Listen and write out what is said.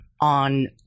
on